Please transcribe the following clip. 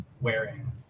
wearing